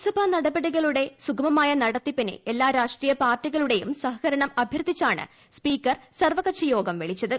ലോക്സഭ നടപടികളുടെ സുഗമമായ നടത്തിപ്പിന് എല്ലാ രാഷ്ട്രീയ പാർട്ടികളുടെയും സഹകരണം അഭ്യർത്ഥിച്ചാണ് സ്പീക്കർ സർവ്വകക്ഷിയോഗം വിളിച്ചത്